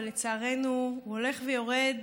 ולצערנו הולך ויורד